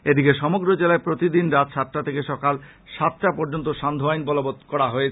এদিকে সমগ্র জেলায় প্রতিদিন রাত সাতটা থেকে সকাল সাতটা পর্যন্ত সান্ধ্য আইনও বলবৎ করা হয়েছে